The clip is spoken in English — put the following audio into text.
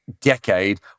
decade